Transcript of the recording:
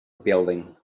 building